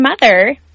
mother